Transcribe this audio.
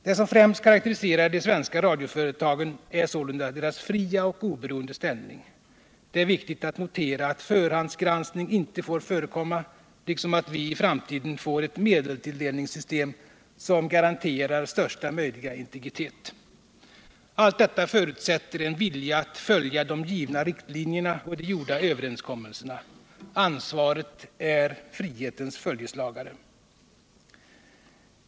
Det som främst karakteriserar de svenska radioföretagen är sålunda deras fria och oberoende ställning. Det är viktigt att notera att förhandsgranskning inte får förekomma, liksom att vi i framtiden får ett medelstilldelningssystem som garanterar största möjliga integritet. Allt detta förutsätter en vilja att följa de givna riktlinjerna och de gjorda överenskommelserna. Ansvaret är frihetens följeslagare.